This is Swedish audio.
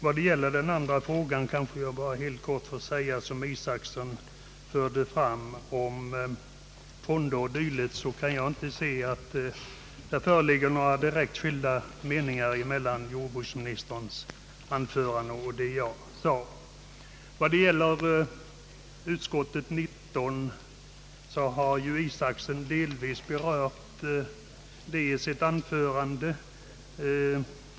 Vad gäller den andra frågan, om fonder och dylikt — som herr Isacson här berörde — vill jag bara helt kort säga att jag inte kan finna att det föreligger några direkt skilda meningar i jordbruksministerns anförande och i det anförande jag höll. Herr Isacson har i sitt anförande delvis berört jordbruksutskottets utlåtande nr 19.